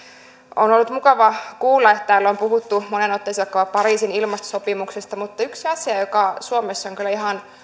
on ollut mukava kuulla että täällä on puhuttu moneen otteeseen pariisin ilmastosopimuksesta mutta yksi asia joka suomessa on kyllä ihan